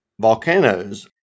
volcanoes